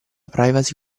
privacy